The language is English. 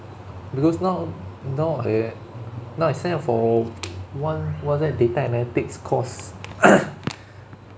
because now now I now I signed up for one what's that data analytics course